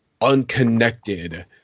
unconnected